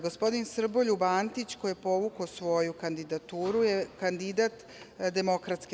Gospodin Srboljub Antić, koji je povukao svoju kandidaturu, je kandidat DS.